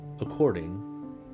according